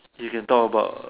you can talk about